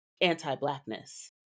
anti-Blackness